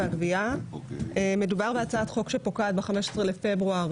מדובר בהצעת חוק שפוקעת ב-15 בפברואר